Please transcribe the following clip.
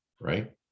right